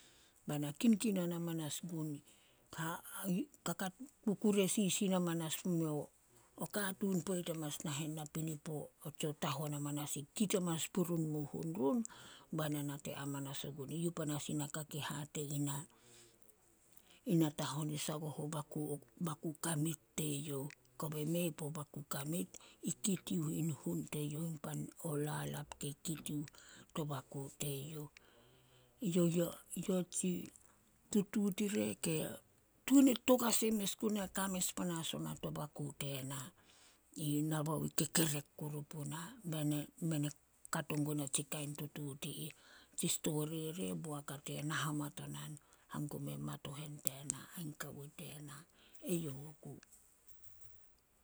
﻿Bai na kinkinan manas gun kukure sisin manas pumio o katuun poit manas nahen napinipo tsio tahon amanas kit amanas purun mun hun run, eyouh panas in naka kei hate ina natahon sagoh o baku kamit teyouh kobei mei puo baku kamit, i kit yuh in hun teyouh o lalap kei kit yuh to baku teyouh. tutuut ke tuan togase mes guna ka mes panas ona to baku tena. Yi nabao i kekerek kuru puna kato gun a tsi kain tutuut i ih kekerek kuru puna. Tsi stori re, boak a tena hamatonan hangum mein hamatohen tena ain kawo tena. Eyouh oku.